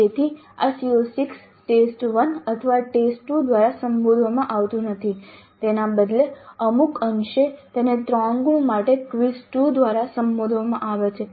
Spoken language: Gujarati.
તેથી આ CO6 ટેસ્ટ 1 અથવા ટેસ્ટ 2 દ્વારા સંબોધવામાં આવતું નથી તેના બદલે અમુક અંશે તેને 3 ગુણ માટે ક્વિઝ 2 દ્વારા સંબોધવામાં આવે છે